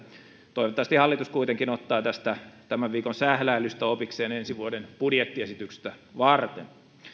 toivottavasti hallitus kuitenkin ottaa tästä tämän viikon sähläilystä opikseen ensi vuoden budjettiesitystä varten